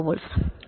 కాబట్టి ఇది 71